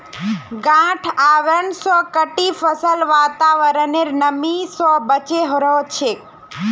गांठ आवरण स कटी फसल वातावरनेर नमी स बचे रह छेक